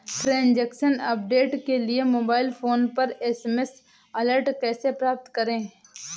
Transaction update के लिए mobile phone पर एस.एम.एस अलर्ट कैसे प्राप्त करें?